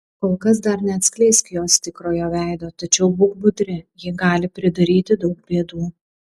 kol kas dar neatskleisk jos tikrojo veido tačiau būk budri ji gali pridaryti daug bėdų